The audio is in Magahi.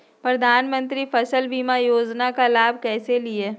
प्रधानमंत्री फसल बीमा योजना का लाभ कैसे लिये?